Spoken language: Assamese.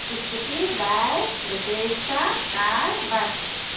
scooty bike battery rickshaw car bus